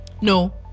No